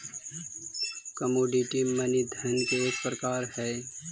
commodity money धन के एक प्रकार हई